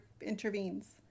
intervenes